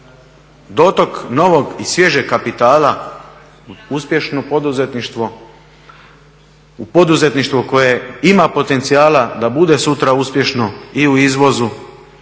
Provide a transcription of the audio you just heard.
dotok novog i svježeg kapitala uspješno poduzetništvo u poduzetništvo koje ima potencijala da bude sutra uspješno i u izvozu